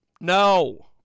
No